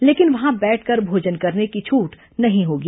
लेकिन वहां बैठकर भोजन करने की छूट नहीं होगी